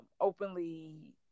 openly